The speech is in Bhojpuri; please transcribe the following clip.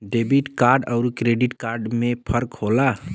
डेबिट कार्ड अउर क्रेडिट कार्ड में का फर्क होला?